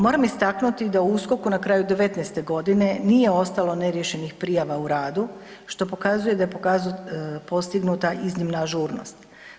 Moram istaknuti da USKOK-u na kraju 2019. g. nije ostalo neriješenih prijava u radu što pokazuje da je pokazao postignuta iznimna ažurnost.